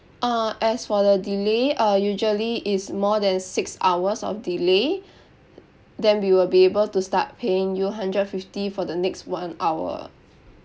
uh as for the delay uh usually is more than six hours of delay then we will be able to start paying you hundred fifty for the next one hour